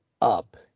up